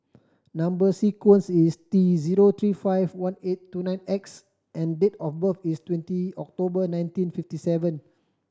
number sequence is T zero three five one eight two nine X and date of birth is twenty October nineteen fifty seven